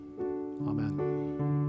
amen